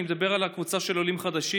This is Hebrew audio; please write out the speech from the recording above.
אני מדבר על הקבוצה של עולים חדשים